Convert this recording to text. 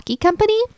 company